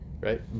right